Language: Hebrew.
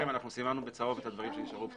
אנחנו סימנו בצהוב את הדברים שנשארו פתוחים.